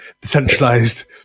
decentralized